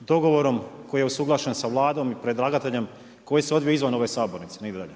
dogovorom koji je usuglašen sa Vladom i predlagateljem koji se odvija izvan ove sabornice nigdje dalje.